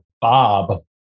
Bob